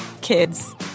Kids